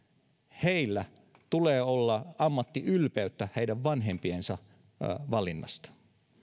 heillä tulee olla ammattiylpeyttä heidän vanhempiensa valinnasta